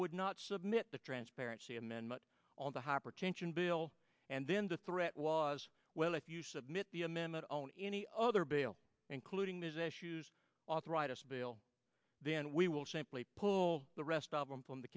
would not submit the transparency amendment on the hypertension bill and then the threat was well if you submit the amendment only any other bail including those issues authorize this bill then we will simply the rest of them from the